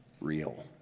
real